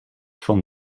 van